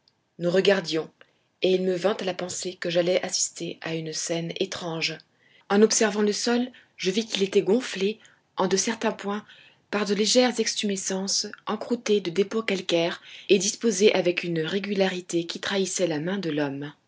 nous regardions et il me vint à la pensée que j'allais assister a une scène étrange en observant le sol je vis qu'il était gonflé en de certains points par de légères extumescences encroûtées de dépôts calcaires et disposées avec une régularité qui trahissait la main de l'homme